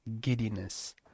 Giddiness